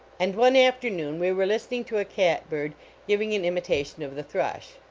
and one afternoon we were listen ing to a cat-bird giving an imitation of the thrush.